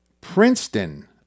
princeton